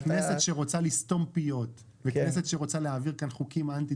כנסת שרוצה לסתום פניות וכנסת שרוצה להעביר כאן חוקים אנטי